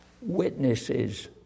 witnesses